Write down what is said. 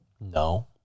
No